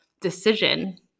decision